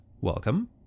welcome